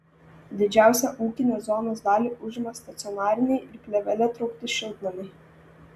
didžiausią ūkinės zonos dalį užima stacionariniai ir plėvele traukti šiltnamiai